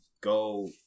go